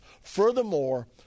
furthermore